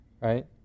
right